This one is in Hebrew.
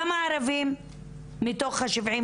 כמה ערבים מתוך ה-72?